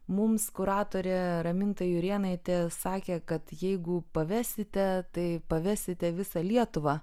mums kuratorė raminta jurėnaitė sakė kad jeigu pavesite tai pavesite visą lietuvą